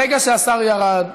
ברגע שהשר ירד,